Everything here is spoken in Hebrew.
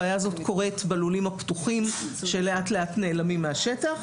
הבעיה הזאת קורית בלולים הפתוחים שלאט לאט נעלמים מהשטח.